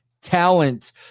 talent